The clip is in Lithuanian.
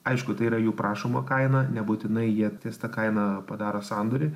aišku tai yra jų prašoma kaina nebūtinai jie ties ta kaina padaro sandorį